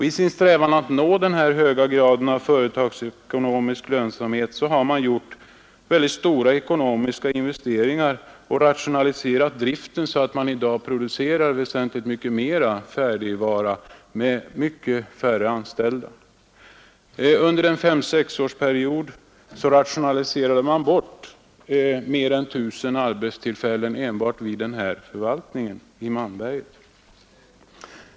I sin strävan att nå den höga graden av företagsekonomisk lönsamhet har man gjort väldigt stora investeringar och rationaliserat driften så att man i dag producerar väsentligt mycket mera färdigvara med mycket färre anställda. Under en period om fem å sex år rationaliserade man bort mer än 1 000 arbetstillfällen enbart vid förvaltningen i Malmberget.